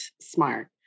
smart